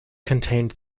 contained